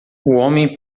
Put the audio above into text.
homem